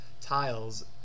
tiles